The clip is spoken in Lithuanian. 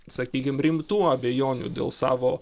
sakykim rimtų abejonių dėl savo